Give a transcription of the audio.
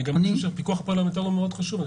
אני גם חושב שהפיקוח הפרלמנטרי הוא מאוד חשוב.